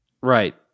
Right